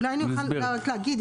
אולי אני אוכל רק להגיד,